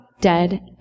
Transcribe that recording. dead